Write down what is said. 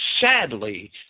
Sadly